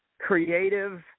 creative –